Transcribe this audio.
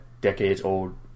decades-old